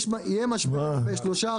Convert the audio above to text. יהיה משבר בשלושה,